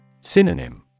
Synonym